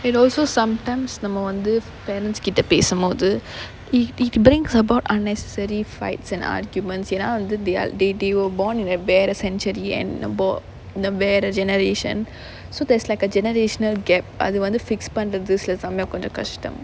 and also sometimes நம்ம வந்து:namma vanthu parents கிட்ட பேசும்போது:kitta pesumpothu it brings about unnecessary fights and arguments ya they are they they were born in a better century and a better generation so there's like a generational gap அது வந்து:athu vanthu fix பண்றது சில சமயம் கொஞ்சம் கஷ்டம்:pandrathu sila samayam konjam kashtam